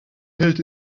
hält